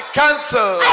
cancel